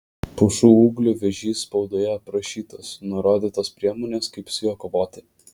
pušų ūglių vėžys spaudoje aprašytas nurodytos priemonės kaip su juo kovoti